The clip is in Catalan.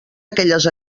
aquelles